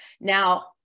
Now